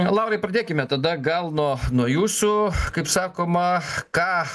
laurai pradėkime tada gal nuo nuo jūsų kaip sakoma ką